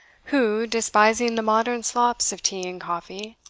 who, despising the modern slops of tea and coffee,